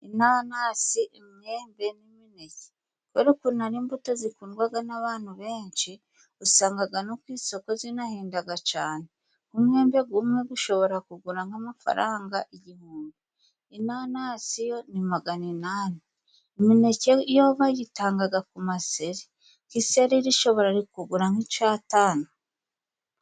Inanasi, imyembe n'imineke kubera ukuntu ari imbuto zikundwaga n'abantu benshi usangaga no ku isoko zinahendaga cane. Umwembe gumwe gushobora kugura nk'amafaranga igihumbi, inanasi yo ni magana inani, imineke yo bayitangaga ku maseri, nk'iseri rishobora kugura nk'ica atanu.